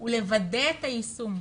הוא לוודא את היישום.